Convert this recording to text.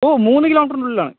ഓ മൂന്നു കിലോമീറ്ററിനുള്ളിലാണ്